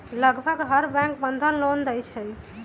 लगभग हर bank Bandhan loan देई छई